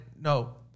no